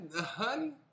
honey